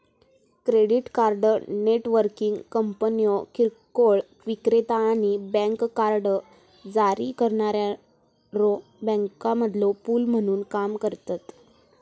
credit card networking कंपन्यो किरकोळ विक्रेता आणि बँक कार्ड जारी करणाऱ्यो बँकांमधलो पूल म्हणून काम करतत